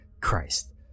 Christ